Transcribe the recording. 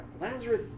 Lazarus